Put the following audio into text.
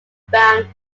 inbound